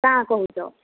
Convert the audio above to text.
କାଁଣା କହୁଛ